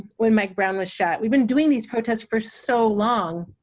when mike brown was shot. we've been doing these protests for so long,